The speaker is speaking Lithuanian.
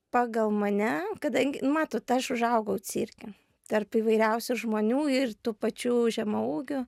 pagal mane kadangi nu matot aš užaugau cirke tarp įvairiausių žmonių ir tų pačių žemaūgių